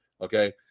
okay